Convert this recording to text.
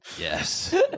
Yes